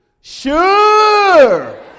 Sure